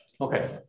Okay